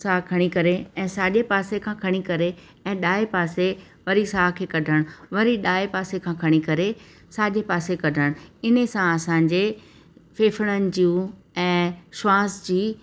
साहु खणी करे ऐं साॼे पासे खां खणी करे ऐं ॾाए पासे वरी साह खे कढण वरी ॾाए पासे खां खणी करे साॼे पासे कढणु इन सां असांजे फेफड़नि जो ऐं श्वास जी